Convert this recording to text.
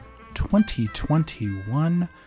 2021